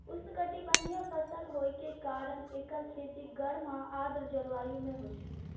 उष्णकटिबंधीय फसल होइ के कारण एकर खेती गर्म आ आर्द्र जलवायु मे होइ छै